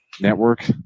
network